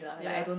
ya